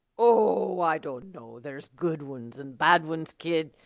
oh, i dunno. there's good ones and bad ones, kid.